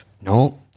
No